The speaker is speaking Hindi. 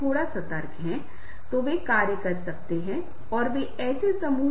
प्रभावी नेता दूसरों को तभी प्रेरित कर सकते हैं जब उनके पास यह गुण हो